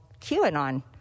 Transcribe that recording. QAnon